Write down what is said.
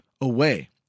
away